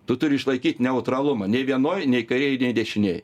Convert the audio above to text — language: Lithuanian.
tu turi išlaikyt neutralumą nei vienoj nei kairėj nei dešinėj